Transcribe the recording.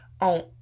on